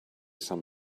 some